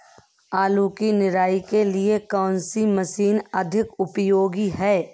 आलू की निराई के लिए कौन सी मशीन अधिक उपयोगी है?